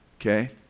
Okay